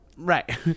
Right